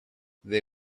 they